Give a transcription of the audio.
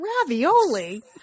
ravioli